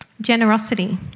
Generosity